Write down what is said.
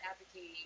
advocating